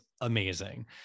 amazing